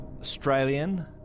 Australian